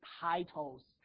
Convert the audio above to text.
titles